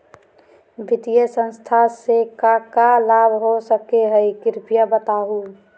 वित्तीय संस्था से का का लाभ हो सके हई कृपया बताहू?